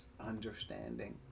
understanding